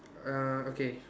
uh okay